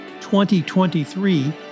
2023